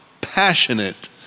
passionate